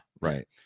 right